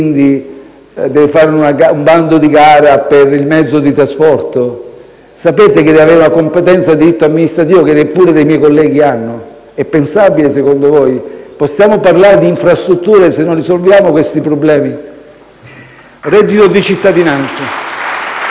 deve fare un bando di gara per il mezzo di trasporto? Sapete che deve avere una competenza di diritto amministrativo che neppure dei miei colleghi hanno? È pensabile secondo voi? Possiamo parlare di infrastrutture, se non risolviamo questi problemi? *(Applausi dai